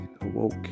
awoke